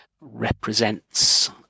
represents